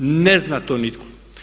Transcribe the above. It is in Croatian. Ne zna to nitko.